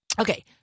Okay